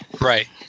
Right